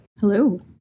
Hello